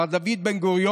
מר דוד בן-גוריון,